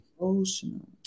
Emotional